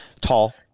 tall